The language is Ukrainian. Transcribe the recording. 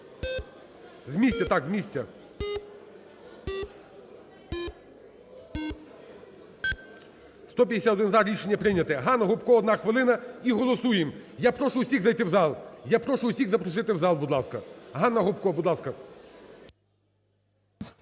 З місця! Так, з місця! 17:54:20 За-151 Рішення прийнято. Ганна Гопко, одна хвилина, і голосуємо. Я прошу всіх зайти в зал. Я прошу всіх запросити в зал, будь ласка. Ганна Гопко, будь ласка.